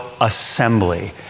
assembly